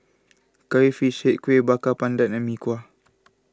Curry Fish Head Kueh Bakar Pandan and Mee Kuah